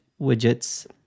widgets